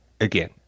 again